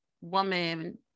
woman